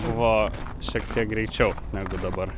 buvo šiek tiek greičiau negu dabar